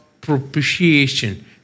propitiation